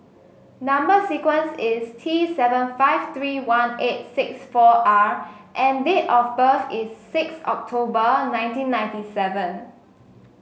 number sequence is T seven five three one eight six four R and date of birth is six October nineteen ninety seven